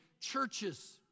churches